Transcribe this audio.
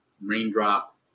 raindrop